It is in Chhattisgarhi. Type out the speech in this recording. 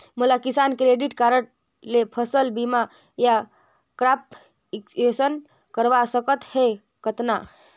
मोला किसान क्रेडिट कारड ले फसल बीमा या क्रॉप इंश्योरेंस करवा सकथ हे कतना?